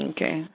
Okay